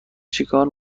چیکار